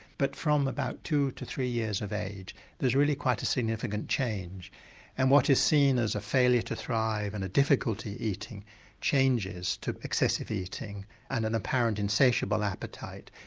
but from about two to three years of age there's really quite a significant change and what is seen as a failure to thrive and a difficulty eating changes to excessive eating and an apparent insatiable appetite.